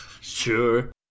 Sure